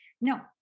No